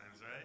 right